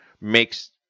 makes